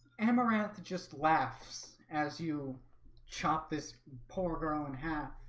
amaranth just laughs as you chop this poor girl in half